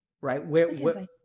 Right